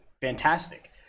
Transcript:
fantastic